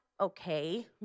okay